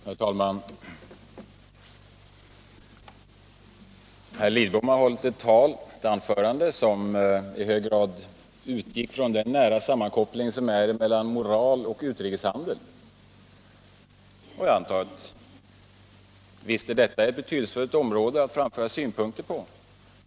Herr talman! Herr Lidbom har hållit ett anförande som i hög grad utgick från den nära sammankoppling som kan göras mellan moral och utrikeshandel. Det kan naturligtvis vara betydelsefullt att få synpunkter framförda på detta område.